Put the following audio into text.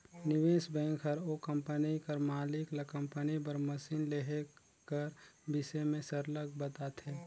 निवेस बेंक हर ओ कंपनी कर मालिक ल कंपनी बर मसीन लेहे कर बिसे में सरलग बताथे